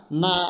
na